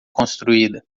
construída